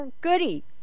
goody